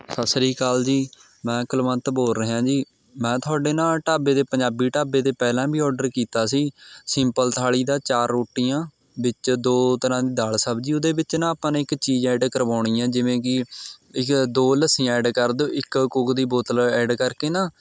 ਸਤਿ ਸ਼੍ਰੀ ਅਕਾਲ ਜੀ ਮੈਂ ਕੁਲਵੰਤ ਬੋਲ ਰਿਹਾ ਜੀ ਮੈਂ ਤੁਹਾਡੇ ਨਾ ਢਾਬੇ ਦੇ ਪੰਜਾਬੀ ਢਾਬੇ ਦੇ ਪਹਿਲਾਂ ਵੀ ਔਰਡਰ ਕੀਤਾ ਸੀ ਸਿੰਪਲ ਥਾਲ਼ੀ ਦਾ ਚਾਰ ਰੋਟੀਆਂ ਵਿੱਚ ਦੋ ਤਰ੍ਹਾਂ ਦੀ ਦਾਲ ਸਬਜ਼ੀ ਉਹਦੇ ਵਿੱਚ ਨਾ ਆਪਾਂ ਨੇ ਇੱਕ ਚੀਜ਼ ਐਡ ਕਰਵਾਉਣੀ ਹੈ ਜਿਵੇਂ ਕੀ ਇੱਕ ਦੋ ਲੱਸੀਆਂ ਐਡ ਕਰ ਦਿਓ ਇੱਕ ਕੋਕ ਦੀ ਬੋਤਲ ਐਡ ਕਰਕੇ ਨਾ